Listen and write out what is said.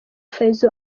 fayzo